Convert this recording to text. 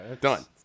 Done